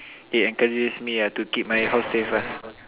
it encourages me ah to keep my house safe ah